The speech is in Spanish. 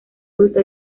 fruta